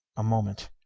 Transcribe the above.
a moment.